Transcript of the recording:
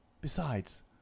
Besides